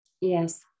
Yes